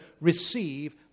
receive